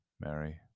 Mary